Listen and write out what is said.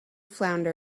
flounder